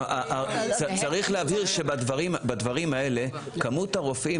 צריך להבהיר שבדברים האלה כמות הרופאים,